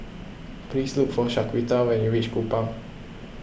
please look for Shaquita when you reach Kupang